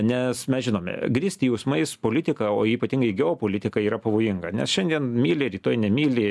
nes mes žinome grįsti jausmais politiką o ypatingai geopolitiką yra pavojinga nes šiandien myli rytoj nemyli